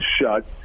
shut